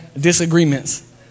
Disagreements